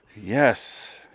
Yes